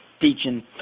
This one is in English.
teaching